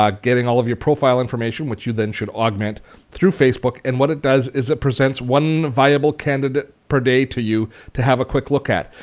um getting all of your profile information which then should augment through facebook and what it does is it presents one viable candidate per day to you to have a quick look at.